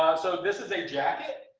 um so this is a jacket,